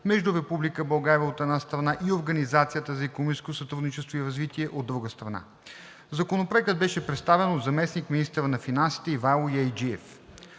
между Република България, от една страна, и Организацията за икономическо сътрудничество и развитие, от друга страна. Законопроектът беше представен от заместник-министъра на финансите Ивайло Яйджиев.